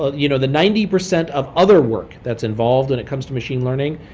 ah you know the ninety percent of other work that's involved when it comes to machine learning,